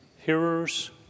hearers